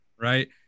right